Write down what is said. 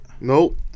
Nope